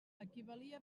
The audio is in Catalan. equivalia